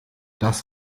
das